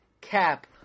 cap